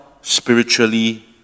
spiritually